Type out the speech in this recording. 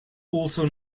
also